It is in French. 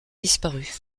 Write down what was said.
disparu